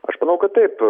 aš manau kad taip